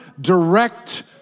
direct